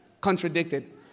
contradicted